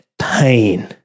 pain